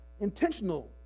Intentional